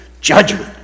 judgment